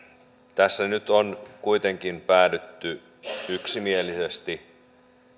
tässä nyt on kuitenkin päädytty yksimielisesti